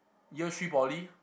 year three poly